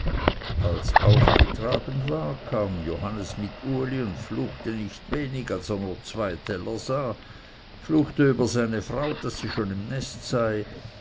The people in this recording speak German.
als aufgetragen war kam johannes mit uli und fluchte nicht wenig als er nur zwei teller sah fluchte über seine frau daß sie schon im nest sei